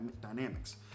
dynamics